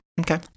Okay